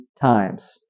times